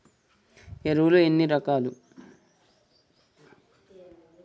ఎరువులు ఎన్ని రకాలు?